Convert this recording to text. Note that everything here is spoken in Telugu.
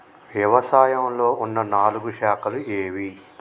వ్యవసాయంలో ఉన్న నాలుగు శాఖలు ఏవి?